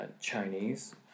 Chinese